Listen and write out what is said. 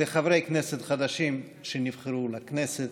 לחברי כנסת חדשים שנבחרו לכנסת